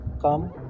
Come